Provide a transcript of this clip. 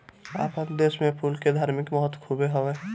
आपन देस में फूल के धार्मिक महत्व खुबे हवे